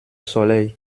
soleil